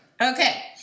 okay